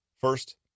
First